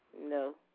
No